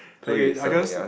okay I just